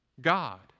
God